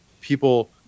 people